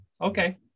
Okay